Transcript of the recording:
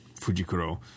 Fujikuro